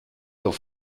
doch